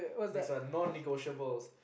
next one non negotiable